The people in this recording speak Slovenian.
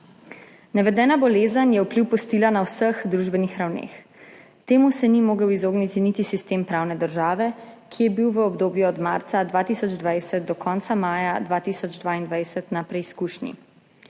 Navedena bolezen je vpliv pustila na vseh družbenih ravneh. Temu se ni mogel izogniti niti sistem pravne države, ki je bil v obdobju od marca 2020 do konca maja 2022 na preizkušnji.